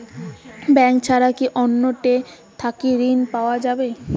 Bank ছাড়া কি অন্য টে থাকি ঋণ পাওয়া যাবে?